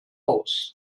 aus